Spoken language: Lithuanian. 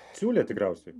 siūlė tikriausiai